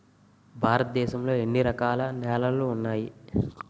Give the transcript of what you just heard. భారతదేశం లో ఎన్ని రకాల నేలలు ఉన్నాయి?